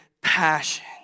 passion